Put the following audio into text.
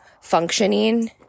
functioning